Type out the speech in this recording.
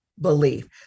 belief